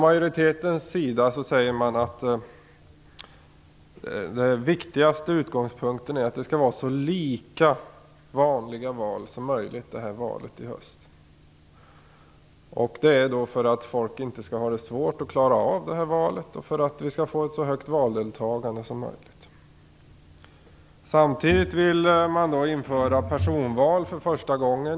Majoriteten säger att den viktigaste utgångspunkten är att valet i höst skall vara så likt ett vanligt val som möjligt. Skälet är att folk inte skall få svårt att klara av det här valet och att vi skall få ett så högt valdeltagande som möjligt. Samtidigt vill man införa personval för första gången.